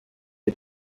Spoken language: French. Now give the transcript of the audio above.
est